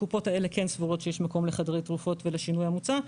הקופות האלה כן סבורות שיש מקום לחדרי תרופות ולשינוי המוצע.